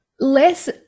less